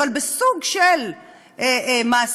אבל בסוג של מאסר,